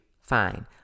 fine